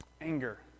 anger